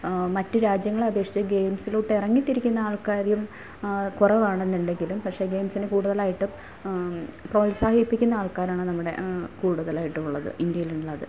മറ്റ് രാജ്യങ്ങളെ അപേക്ഷിച്ച് ഗെയിംസിലോട്ട് ഇറങ്ങി തിരിക്കുന്ന ആൾക്കാരിലും കുറവാണെന്നുണ്ടെങ്കിലും പക്ഷേ ഗെയിംസിന് കൂടുതലായിട്ടും പ്രോത്സാഹിപ്പിക്കുന്ന ആൾക്കാരാണ് നമ്മുടെ കൂടുതലായിട്ടും ഉള്ളത് ഇന്ത്യയിലുള്ളത്